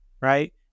Right